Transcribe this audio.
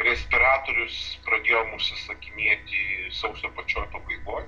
respiratorius pradėjom užsisakinėti sausio pačioj pabaigoj